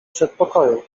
przedpokoju